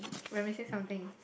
when we say something